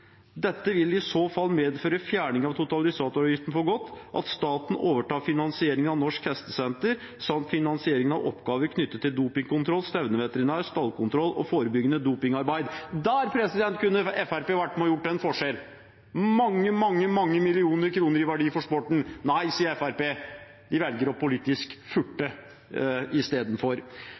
Dette vil i så fall medføre fjerning av totalisatoravgiften for godt, at staten overtar finansieringen av Norsk Hestesenter, samt finansieringen av oppgaver knyttet til dopingkontroll, stevneveterinærer, stallkontroll og forebyggende dopingarbeid.» Der kunne Fremskrittspartiet vært med og gjort en forskjell – mange, mange, mange millioner i verdi for sporten. Nei, sier Fremskrittspartiet, vi velger politisk å furte istedenfor.